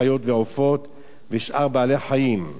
חיות ועופות ושאר בעלי-חיים,